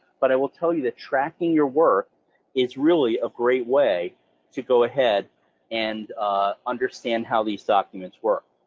but i will tell you that tracking your work is really a great way to go ahead and understand how these documents work.